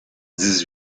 dix